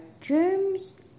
germs